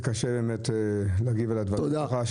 קשה להגיב על הדברים שלך,